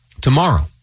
tomorrow